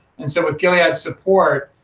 and so with gilead's support,